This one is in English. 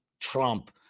Trump